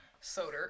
soda